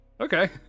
okay